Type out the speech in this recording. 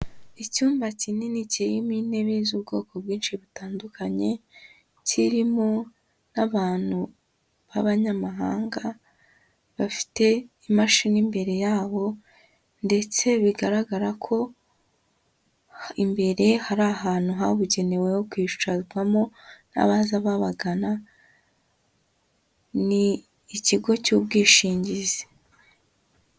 Icyumba kinini kirimo intebe z'ubwoko bwinshi butandukanye, kirimo n'abantu b'abanyamahanga bafite imashini imbere yabo ndetse bigaragara ko imbere hari ahantu habugenewe ho kwicarwamo n'abaza babagana, ni ikigo cy'ubwishingizi.